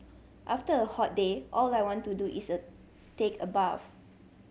after a hot day all I want to do is a take a bath